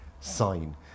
Sign